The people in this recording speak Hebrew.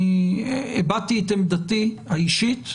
אני הבעתי את עמדתי האישית,